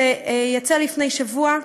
שיצא לפני שבוע.